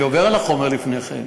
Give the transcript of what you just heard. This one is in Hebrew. אני עובר על החומר לפני כן.